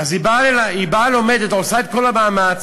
אז היא באה, לומדת, עושה את כל המאמץ,